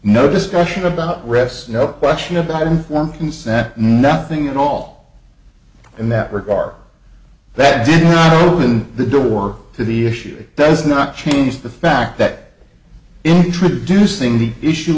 no discussion about rest no question about informed consent nothing at all in that regard that when the door to the issue does not change the fact that introducing the issue